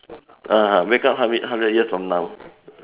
(uh huh) wake up hundred hundred years from now